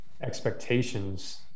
expectations